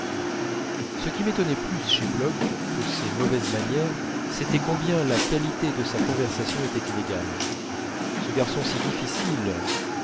ce qui m'étonnait plus chez bloch que ses mauvaises manières c'était combien la qualité de sa conversation était inégale ce garçon si difficile